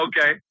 Okay